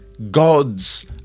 God's